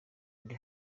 ndi